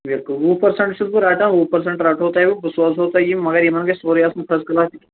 بِلکُل وُہ پٔرٛسنٛٹ چھُس بہٕ رَٹان وُہ پٔرٛسنٛٹ رَٹہو تۅہہِ بہٕ بہٕ سوزہو تۄہہِ یہِ مَگر یِمن گژھِ سورُے آسُن فٔسٹ کٕلاس